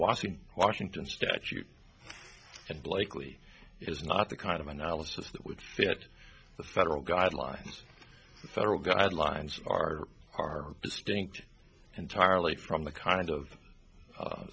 in washington statute and blakeley is not the kind of analysis that would fit the federal guidelines federal guidelines are are distinct entirely from the kind of